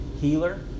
healer